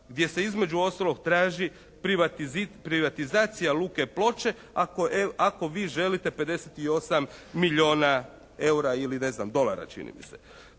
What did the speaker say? gdje se između ostalog traži privatizacija luke Ploče ako vi želite 58 milijuna eura ili ne znam dolara čini mi se.